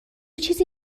چیزی